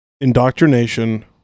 Indoctrination